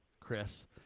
Chris